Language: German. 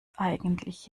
eigentlich